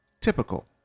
typical